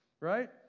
right